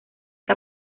que